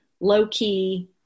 low-key